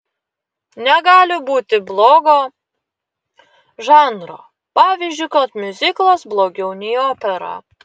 negali būti blogo žanro pavyzdžiui kad miuziklas blogiau nei opera